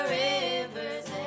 river's